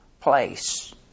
place